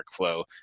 workflow